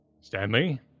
Stanley